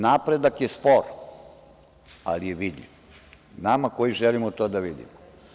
Napredak je spor, ali je vidljiv, nama koji želimo to da vidimo.